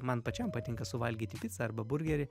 man pačiam patinka suvalgyti picą arba burgerį